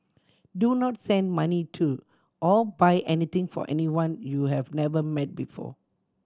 do not send money to or buy anything for anyone you have never met before